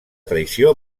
traïció